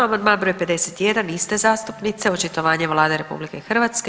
Amandman br. 51 iste zastupnice, očitovanje Vlade RH.